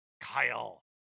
Kyle